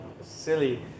silly